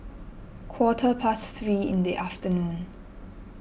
quarter past three in the afternoon